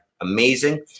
amazing